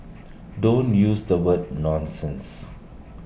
don't use the word nonsense